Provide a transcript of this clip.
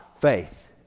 faith